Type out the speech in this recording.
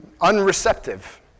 unreceptive